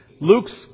Luke's